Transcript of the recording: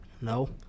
No